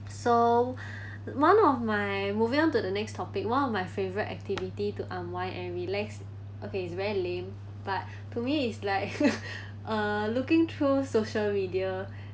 so one of my moving on to the next topic one of my favourite activity to unwind and relax okay it's very lame but to me is like uh looking through social media